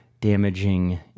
damaging